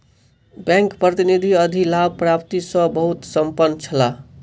bank प्रतिनिधि अधिलाभ प्राप्ति सॅ बहुत प्रसन्न छला